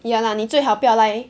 ya lah 你最好不要来